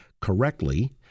correctly